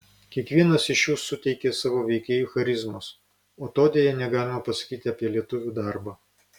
kiekvienas iš jų suteikė savo veikėjui charizmos o to deja negalima pasakyti apie lietuvių darbą